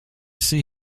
see